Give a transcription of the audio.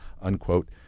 unquote